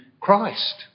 Christ